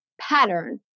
pattern